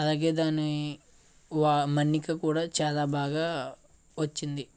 అలాగే దాని మన్నిక కూడా చాలా బాగా వచ్చింది